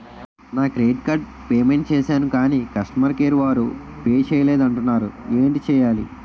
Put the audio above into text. నా credit card payment చేసాను కాని కస్టమర్ కేర్ వారు పే చేయలేదు అంటున్నారు ఏంటి చేయాలి?